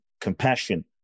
compassion